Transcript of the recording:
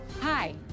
Hi